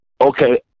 Okay